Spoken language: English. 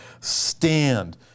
stand